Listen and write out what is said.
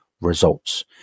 results